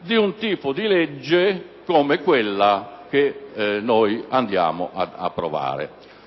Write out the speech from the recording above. di un tipo di legge come quella che andiamo ad approvare.